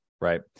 Right